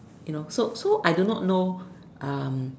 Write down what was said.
you know so so I do not know um